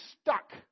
stuck